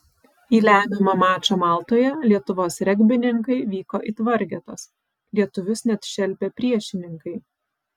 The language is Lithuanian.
į lemiamą mačą maltoje lietuvos regbininkai vyko it vargetos lietuvius net šelpė priešininkai